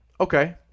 Okay